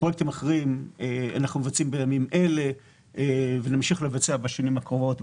פרויקטים אחרים אנחנו מבצעים בימים אלה ונמשיך לבצע בשנים הקרובות,